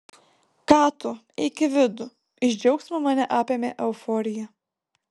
ką tu eik į vidų iš džiaugsmo mane apėmė euforija